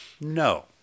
no